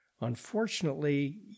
unfortunately